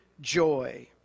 joy